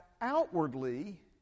outwardly